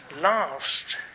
last